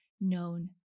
known